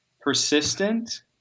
persistent